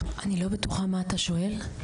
אני לא בטוחה מה אתה שואל.